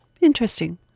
Interesting